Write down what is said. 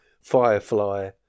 Firefly